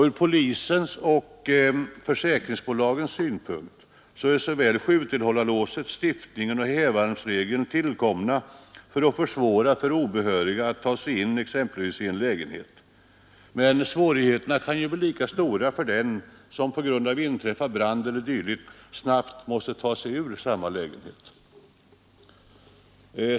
Ur polisens och försäkringsbolagens synpunkt är såväl sjutillhållarlåset som stiftningen och hävarmsregeln tillkomna för att försvåra för obehöriga att ta sig in i exempelvis en lägenhet. Men svårigheterna kan bli lika stora för den som på grund av inträffad brand e. d. snabbt måste ta sig ut ur samma lägenhet.